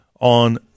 on